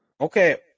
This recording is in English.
Okay